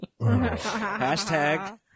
Hashtag